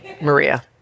Maria